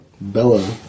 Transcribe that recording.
Bella